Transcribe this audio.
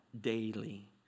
daily